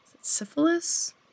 syphilis